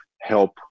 help